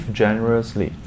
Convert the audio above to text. generously